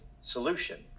solution